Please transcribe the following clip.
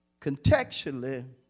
contextually